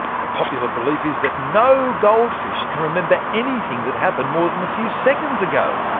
the popular belief is that no goldfish can remember anything that happened more than a few seconds ago.